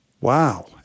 Wow